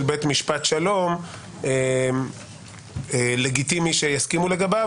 בית משפט שלום לגיטימי שיסכימו לגביו,